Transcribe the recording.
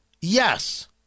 Yes